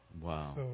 wow